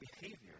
behavior